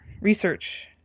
research